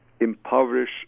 Impoverish